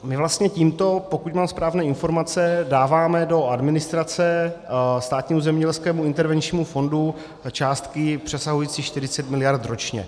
My vlastně tímto, pokud mám správné informace, dáváme do administrace Státnímu zemědělskému intervenčnímu fondu částky přesahující 40 miliard ročně.